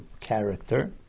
character